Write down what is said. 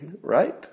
right